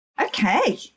Okay